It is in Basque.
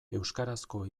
euskarazko